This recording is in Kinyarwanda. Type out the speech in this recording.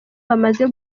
bamaze